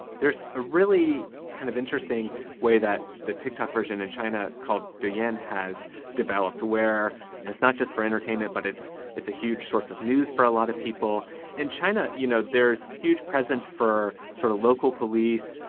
there's a really kind of interesting way that the tick-tock version in china called dorien has developed where it's not just for entertainment, but it's it's a huge source of news for a lot of people in china. you know, there's huge presence for sort of local police,